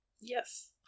Yes